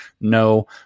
No